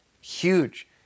Huge